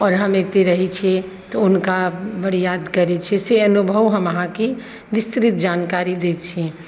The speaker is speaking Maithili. आओर हम एतऽ रहै छिए तऽ हुनका हम बड्ड याद करै छिए से अनुभव हम अहाँके विस्तृत जानकारी दै छी